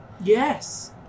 yes